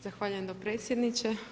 Zahvaljujem dopredsjedniče.